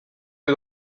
you